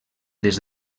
des